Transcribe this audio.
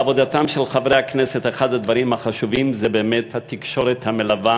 בעבודתם של חברי הכנסת אחד הדברים החשובים זה באמת התקשורת המלווה